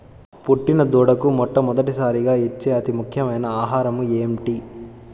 పుట్టిన దూడకు మొట్టమొదటిసారిగా ఇచ్చే అతి ముఖ్యమైన ఆహారము ఏంటి?